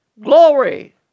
glory